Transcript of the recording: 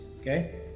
okay